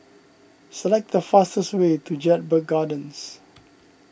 select the fastest way to Jedburgh Gardens